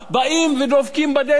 באים ודופקים בדלת.